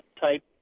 type